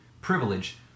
privilege